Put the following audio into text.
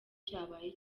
cyabaye